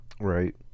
Right